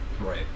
right